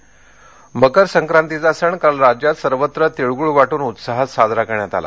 सक्रात उस्मानाबाद मकर संक्रातीचा सण काल राज्यात सर्वत्र तीळगुळ वाटून उत्साहात साजरा करण्यात आला